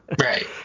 Right